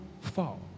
fall